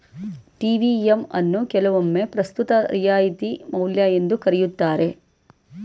TVM ಅನ್ನು ಕೆಲವೊಮ್ಮೆ ಪ್ರಸ್ತುತ ರಿಯಾಯಿತಿ ಮೌಲ್ಯ ಎಂದು ಕರೆಯುತ್ತಾರೆ